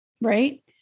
right